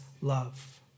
love